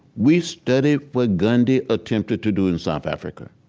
we studied what gandhi attempted to do in south africa,